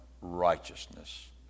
righteousness